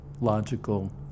logical